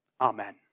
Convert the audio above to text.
Amen